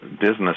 business